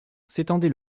s’étendait